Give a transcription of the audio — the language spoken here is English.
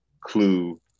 clue